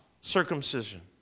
circumcision